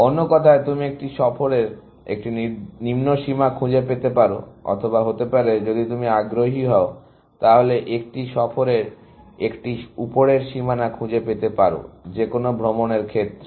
অন্য কথায় তুমি একটি সফরের একটি নিম্ন সীমানা খুঁজে পেতে পারো অথবা হতে পারে যদি তুমি আগ্রহী হও তাহলে একটি সফরের একটি উপরের সীমানা খুঁজে পেতে পারো যেকোনো ভ্রমণের ক্ষেত্রে